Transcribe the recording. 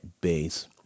base